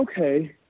okay